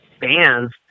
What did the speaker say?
bands